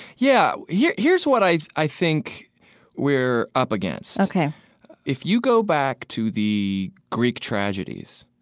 yeah yeah. here's what i i think we are up against ok if you go back to the greek tragedies,